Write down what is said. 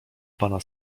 pana